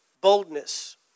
Boldness